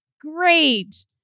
great